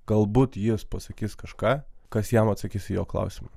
galbūt jis pasakys kažką kas jam atsakys į jo klausimą